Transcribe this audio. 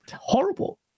horrible